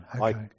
okay